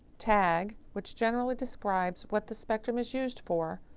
tag, which generally describes what the spectrum is used for,